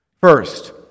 First